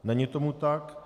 Není tomu tak.